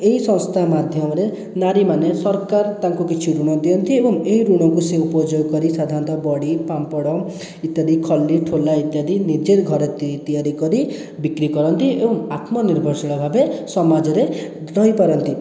ଏହି ସଂସ୍ଥା ମାଧ୍ୟମରେ ନାରୀମାନେ ସରକାର ତାଙ୍କୁ କିଛି ଋଣ ଦିଅନ୍ତି ଏବଂ ଏହି ଋଣକୁ ସେ ଉପଯୋଗ କରି ସାଧାଣତଃ ବଡ଼ି ପାମ୍ପଡ଼ ଇତ୍ୟାଦି ଖଲି ଠୋଲା ଇତ୍ୟାଦି ନିଜେ ଘରେ ତିଆରିକରି ବିକ୍ରିକରନ୍ତି ଏବଂ ଆତ୍ମନିର୍ଭରଶୀଳ ଭାବେ ସମାଜରେ ରହିପାରନ୍ତି